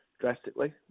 drastically